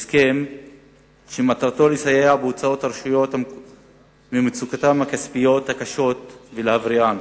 הסכם שמטרתו לסייע בהוצאת הרשויות ממצוקתן הכספית הקשה ולהבריאן.